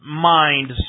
mind